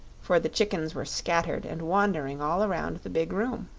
for the chickens were scattered and wandering all around the big room.